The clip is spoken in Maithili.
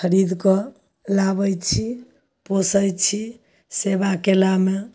खरीद कऽ लाबैत छी पोसैत छी सेबा कयलामे